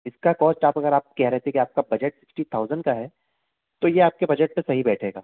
इसका कोस्ट आप अगर आप कह रहे थे की आपका बजट सिक्स्टी थाउजेंड का है तो ये आपके बजट पे सही बैठेगा